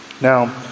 Now